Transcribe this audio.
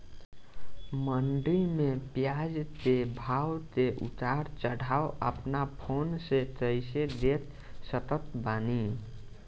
मंडी मे प्याज के भाव के उतार चढ़ाव अपना फोन से कइसे देख सकत बानी?